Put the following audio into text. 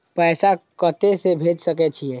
पैसा कते से भेज सके छिए?